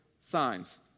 signs